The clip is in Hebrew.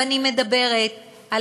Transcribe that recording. ואני מדברת על